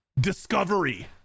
discovery